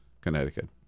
Connecticut